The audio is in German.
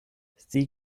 sie